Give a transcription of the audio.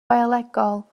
biolegol